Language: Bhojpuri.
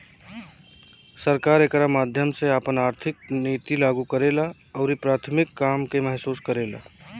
सरकार एकरा माध्यम से आपन आर्थिक निति लागू करेला अउरी प्राथमिक काम के महसूस करेला